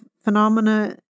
phenomena